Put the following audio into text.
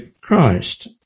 Christ